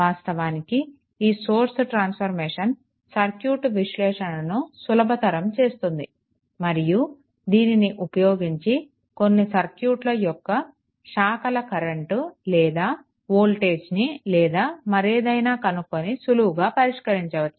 వాస్తవానికి ఈ source transformation circuit విశ్లేషణను సులభతరం చేస్తుంది మరియు దీనిని ఉపయోగించి కొన్ని సర్క్యూట్ల యొక్క శాఖల కరెంట్ లేదా వోల్టేజ్ని లేదా మరేదైనా కనుక్కొని సులువుగా పరిష్కరించవచ్చు